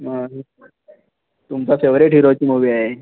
नाही तुमच्या फेवरेट हिरोची मुवी आहे